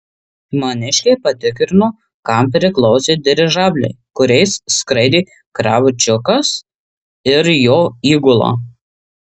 maniškiai patikrino kam priklausė dirižabliai kuriais skraidė kravčiukas ir jo įgula